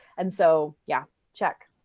and so, yeah. check.